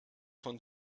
von